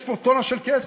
יש פה טונה של כסף,